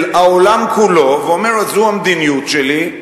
אל העולם כולו, ואומר: זאת המדיניות שלי,